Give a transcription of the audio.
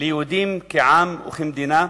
ליהודים כעם וכמדינה?